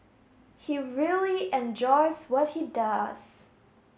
he really enjoys what he does